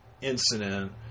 incident